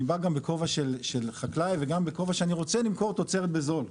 אני בא גם בכובע של חקלאי וגם בכובע שאני רוצה למכור תוצרת בזול,